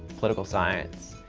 political science.